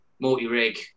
multi-rig